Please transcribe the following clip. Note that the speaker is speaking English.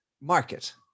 market